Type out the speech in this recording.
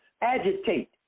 agitate